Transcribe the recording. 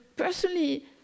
Personally